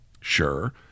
sure